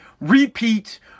repeat